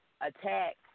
attack